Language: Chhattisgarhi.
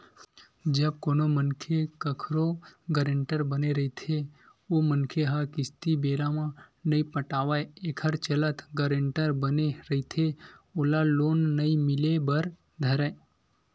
जब कोनो मनखे कखरो गारेंटर बने रहिथे ओ मनखे ह किस्ती बेरा म नइ पटावय एखर चलत गारेंटर बने रहिथे ओला लोन नइ मिले बर धरय